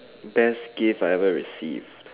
best gift I ever received